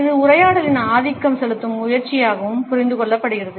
இது உரையாடலில் ஆதிக்கம் செலுத்தும் முயற்சியாகவும் புரிந்து கொள்ளப்படுகிறது